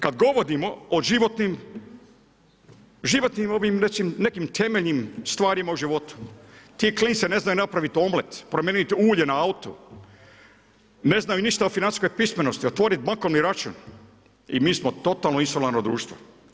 Kad govorimo o životnim nekim temeljnim stvarima u životu, ti klinci ne znaju napraviti omlet, promijeniti ulje na autu, ne znaju ništa o financijskoj pismenost, otvoriti bankovni račun, i mi smo totalno insolarno društvo.